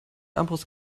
armbrust